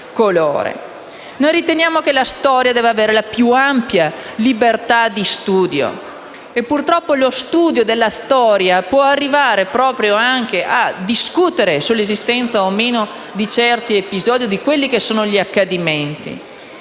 Noi riteniamo che la storia debba avere la più ampia libertà di studio e purtroppo lo studio della storia può arrivare proprio a discutere sull'esistenza o meno di certi episodi e degli accadimenti.